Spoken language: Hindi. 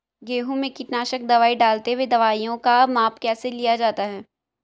गेहूँ में कीटनाशक दवाई डालते हुऐ दवाईयों का माप कैसे लिया जाता है?